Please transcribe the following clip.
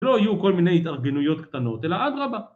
לא היו כל מיני התארגנויות קטנות, אלא אדרבא